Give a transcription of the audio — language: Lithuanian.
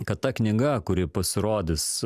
kad ta knyga kuri pasirodys